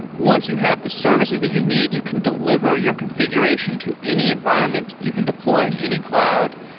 once you have the services that you need, you can deliver your configuration to any environment. you can deploy on any cloud,